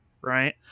right